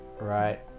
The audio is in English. right